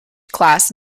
class